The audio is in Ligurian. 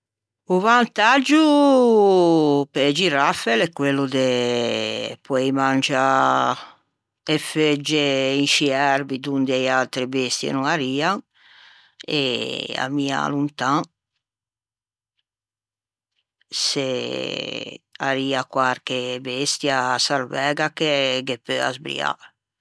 O vantaggio pe-e giraffe l'é quello de poei mangiâ e feugge in scî erboi donde e atre bestie no arrian e ammiâ lontan se arria quarche bestia sarvæga che ghe peu asbriâ.